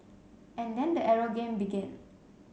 and then the arrow game began